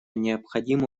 необходима